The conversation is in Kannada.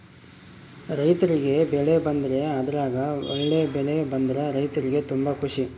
ರೈರ್ತಿಗೆ ಬೆಳೆ ಬಂದ್ರೆ ಅದ್ರಗ ಒಳ್ಳೆ ಬೆಳೆ ಬಂದ್ರ ರೈರ್ತಿಗೆ ತುಂಬಾ ಖುಷಿ